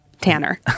Tanner